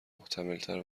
محتملتر